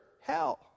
hell